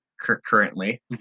currently